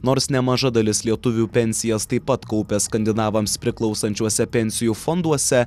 nors nemaža dalis lietuvių pensijas taip pat kaupia skandinavams priklausančiuose pensijų fonduose